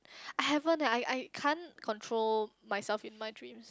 I haven't eh I I can't control myself in my dreams